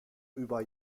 über